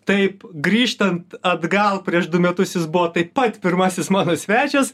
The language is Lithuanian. taip grįžtant atgal prieš du metus jis buvo taip pat pirmasis mano svečias